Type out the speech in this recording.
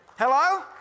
Hello